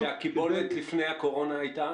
ומה הייתה הקיבולת לפני הקורונה?